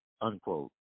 unquote